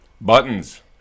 Buttons